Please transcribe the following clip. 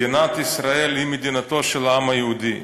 מדינת ישראל היא מדינתו של העם היהודי.